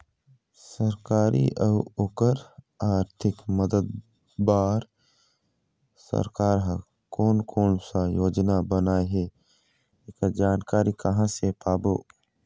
सरकारी अउ ओकर आरथिक मदद बार सरकार हा कोन कौन सा योजना बनाए हे ऐकर जानकारी कहां से पाबो?